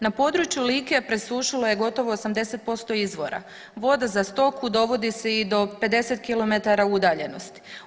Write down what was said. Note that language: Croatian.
Na području Like presušilo je gotovo 80% izvora, voda za stoku dovodi se i do 50 km udaljenosti.